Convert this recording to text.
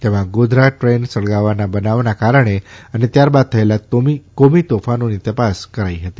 તેમાં ગોધરા ટ્રેન સળગાવવાના બનાવના કારણો અને ત્યારબાદ થયેલા કોમી તોફાનોની તપાસ કરાઇ હતી